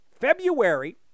February